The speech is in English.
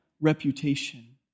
reputation